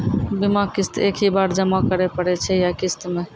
बीमा किस्त एक ही बार जमा करें पड़ै छै या किस्त मे?